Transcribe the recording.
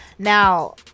now